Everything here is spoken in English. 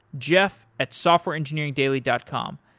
jeff at softwareengineeringdaily dot com.